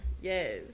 Yes